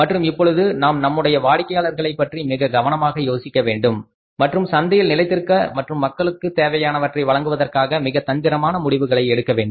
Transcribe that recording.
மற்றும் இப்பொழுது நாம் நம்முடைய வாடிக்கையாளர்களைப் பற்றி மிக கவனமாக யோசிக்க வேண்டும் மற்றும் சந்தையில் நிலைத்திருக்க மற்றும் மக்களுக்கு தேவையானவற்றை வழங்குவதற்காக மிக தந்திரமான முடிவுகளை எடுத்தாக வேண்டும்